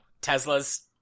Tesla's